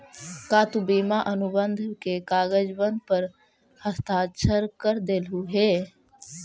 का तु बीमा अनुबंध के कागजबन पर हस्ताक्षरकर देलहुं हे?